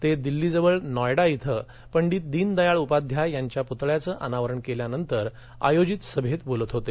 ते दिल्ली जवळ नॉयडा इथ पंडित दिन दयाळ उपाध्याय यांच्या पुतळ्याचं अनावरण केल्यानंतर आयोजित सभेत बोलत होते